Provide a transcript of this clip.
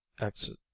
exit.